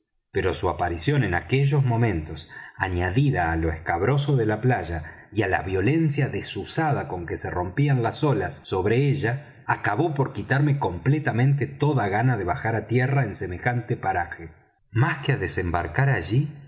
pero su aparición en aquellos momentos añadida á lo escabroso de la playa y á la violencia desusada con que se rompían las olas sobre ella acabó por quitarme completamente toda gana de bajar á tierra en semejante paraje más que á desembarcar allí